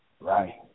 right